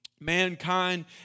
Mankind